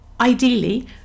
ideally